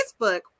Facebook